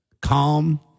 calm